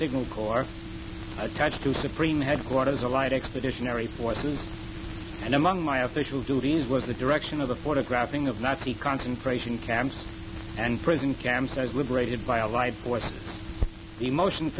signal corps attached to supreme headquarters allied expeditionary forces and among my official duties was the direction of the photographing of nazi concentration camps and prison camps as liberated by allied forces the motion